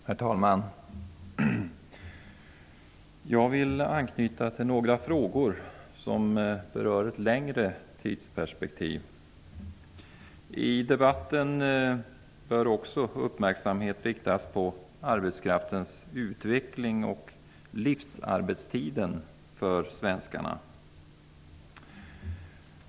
Herr talman! Jag vill anknyta till några frågor som berör ett längre tidsperspektiv. I debatten bör också uppmärksamhet riktas mot arbetskraftens utveckling och svenskarnas livsarbetstid.